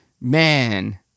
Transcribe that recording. man